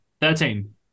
Thirteen